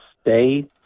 stay